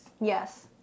Yes